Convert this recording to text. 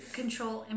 control